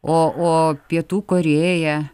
o o pietų korėja